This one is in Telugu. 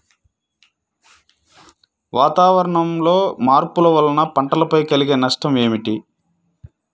వాతావరణంలో మార్పుల వలన పంటలపై కలిగే నష్టం ఏమిటీ?